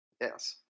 Yes